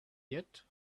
yet